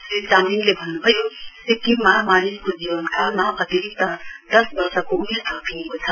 श्री चामलिङले भन्नुभयो सिक्किममा मानिसको जीवन कालमा अतिरिक्त यस वर्षको उमेर थपिएको छ